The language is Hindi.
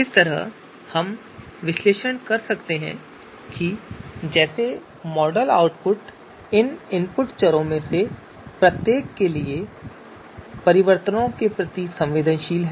इस तरह हम विश्लेषण कर सकते हैं कि कैसे मॉडल आउटपुट उन इनपुट चरों में से प्रत्येक के लिए परिवर्तनों के प्रति संवेदनशील है